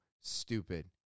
stupid